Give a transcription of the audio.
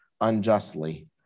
unjustly